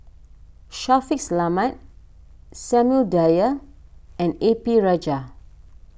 Shaffiq Selamat Samuel Dyer and A P Rajah